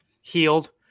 healed